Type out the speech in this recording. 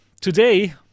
today